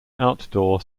outdoor